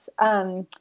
Yes